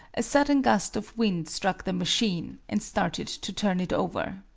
a sudden gust of wind struck the machine, and started to turn it over.